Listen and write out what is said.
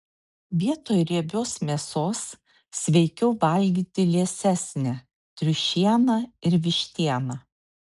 vietoj riebios mėsos sveikiau valgyti liesesnę triušieną ir vištieną